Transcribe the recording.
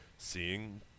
Seeing